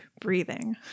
breathing